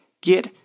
get